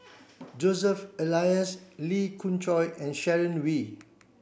Joseph Elias Lee Khoon Choy and Sharon Wee